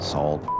Sold